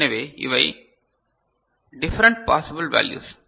எனவே இவை different possible values